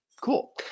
cool